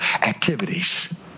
activities